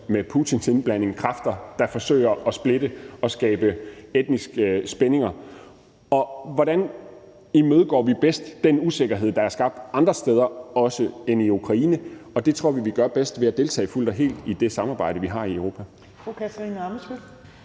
med Putins indblanding – er kræfter, der forsøger at splitte og skabe etniske spændinger? Og hvordan imødegår vi bedst den usikkerhed, der er skabt også andre steder end i Ukraine? Det tror vi at vi gør bedst ved at deltage fuldt og helt i det samarbejde, vi har i Europa.